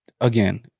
Again